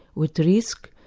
with risk.